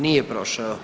Nije prošao.